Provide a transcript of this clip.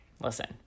listen